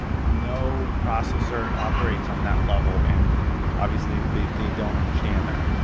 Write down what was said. no processor operates on that level. and obviously, they they don't understand that.